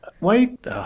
Wait